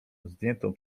zdjętą